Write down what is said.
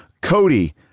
Cody